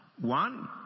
One